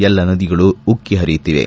ಎಲ್ಲಾ ನದಿಗಳು ಉಕ್ಕಿಹರಿಯುತ್ತಿವೆ